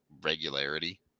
regularity